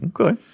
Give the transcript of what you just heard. Okay